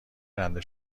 رنده